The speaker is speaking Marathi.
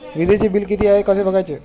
वीजचे बिल किती आहे कसे बघायचे?